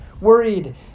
worried